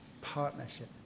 partnership